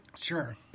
Sure